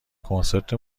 کنسرت